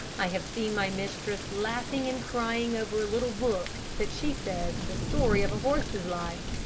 i have seen my mistress laughing and crying over a little book that she says is a story of a horse's life,